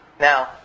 Now